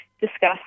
discuss